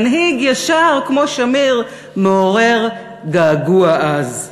מנהיג ישר כמו שמיר מעורר געגוע עז.